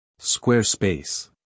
Squarespace